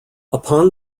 upon